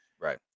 Right